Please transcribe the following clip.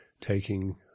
taking